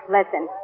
Listen